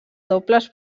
dobles